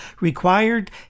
required